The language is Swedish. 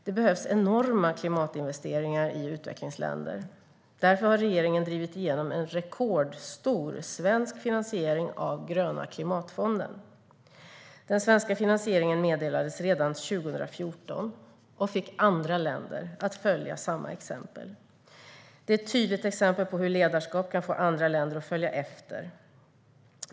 Det behövs enorma klimatinvesteringar i utvecklingsländer. Därför har regeringen drivit igenom en rekordstor svensk finansiering av Gröna klimatfonden. Den svenska finansieringen meddelades redan 2014 och fick andra länder att följa samma exempel. Det är ett tydligt exempel på hur ledarskap kan få andra länder att följa efter.